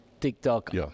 TikTok